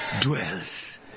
dwells